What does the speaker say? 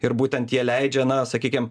ir būtent jie leidžia na sakykim